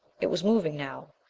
it was moving now.